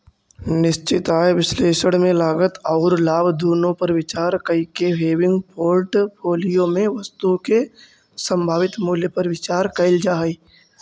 निश्चित आय विश्लेषण में लागत औउर लाभ दुनो पर विचार कईके हेविंग पोर्टफोलिया में वस्तु के संभावित मूल्य पर विचार कईल जा हई